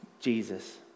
Jesus